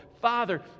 Father